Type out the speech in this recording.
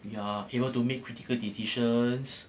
you are able to make critical decisions